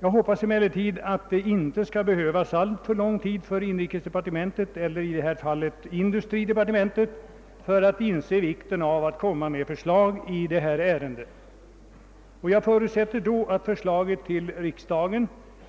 Jag hoppas att det inte skall behövas alltför lång tid för industridepartementet att inse vikten av att komma med förslag i detta ärende. Jag förutsätter då att förslaget till riksdagen